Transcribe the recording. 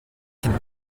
can